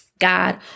God